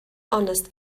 honest